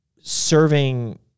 serving